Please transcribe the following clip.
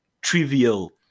trivial